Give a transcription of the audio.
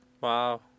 Wow